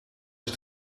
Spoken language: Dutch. het